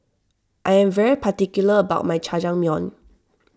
I am very particular about my Jajangmyeon